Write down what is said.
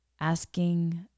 Asking